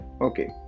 Okay